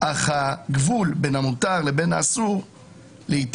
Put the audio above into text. אך הגבול בין המותר לבין האסור לעתים